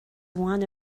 one